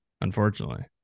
Unfortunately